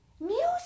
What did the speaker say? music